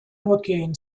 joaquin